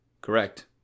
Correct